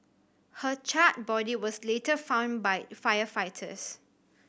her charred body was later found by firefighters